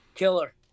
Killer